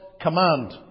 command